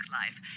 life